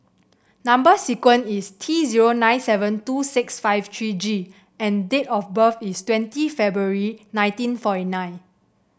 number sequence is T zero nine seven two six five three G and date of birth is twenty February nineteen forty nine